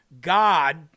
God